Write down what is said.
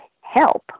help